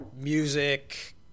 music